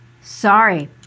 Sorry